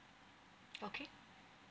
okay